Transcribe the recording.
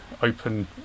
open